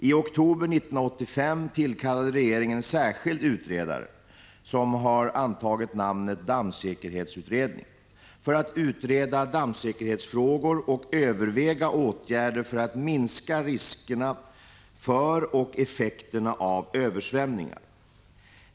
I oktober 1985 tillkallade regeringen en särskild utredare, som har antagit namnet dammsäkerhetsutredningen , för att utreda dammsäkerhetsfrågor och överväga åtgärder i syfte att minska riskerna för och effekterna av översvämningar.